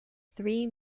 three